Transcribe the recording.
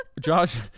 Josh